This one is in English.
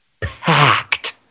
Packed